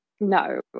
no